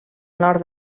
nord